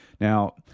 Now